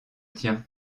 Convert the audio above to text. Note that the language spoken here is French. tien